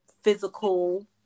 physical